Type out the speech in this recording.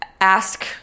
ask